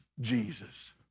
Jesus